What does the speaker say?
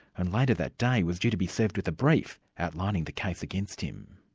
and later that day was due to be served with a brief outlining the case against him.